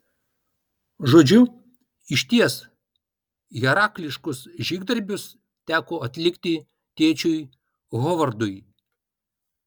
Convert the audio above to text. žodžiu išties herakliškus žygdarbius teko atlikti tėčiui hovardui